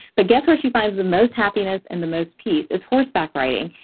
but guess where she finds the most happiness and the most peace? it's horseback riding,